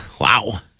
Wow